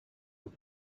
was